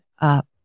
up